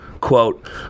Quote